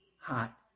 hot